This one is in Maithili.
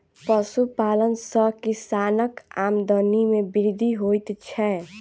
पशुपालन सॅ किसानक आमदनी मे वृद्धि होइत छै